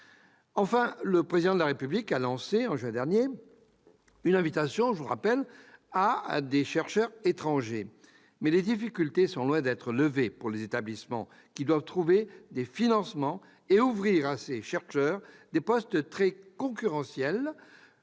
Enfin, le Président de la République a lancé en juin dernier une invitation à l'intention des chercheurs étrangers. Mais les difficultés sont loin d'être levées pour les établissements, qui doivent trouver des financements et ouvrir à ces chercheurs des postes très concurrentiels,